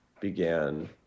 began